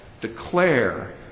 declare